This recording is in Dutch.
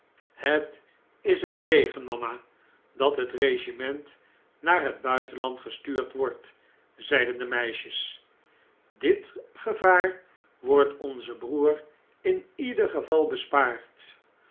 het is een zegen mama dat het regiment naar het buitenland gestuurd wordt zeiden de meisjes dit gevaar wordt onzen broer in ieder geval bespaard